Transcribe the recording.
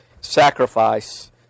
sacrifice